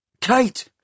Kate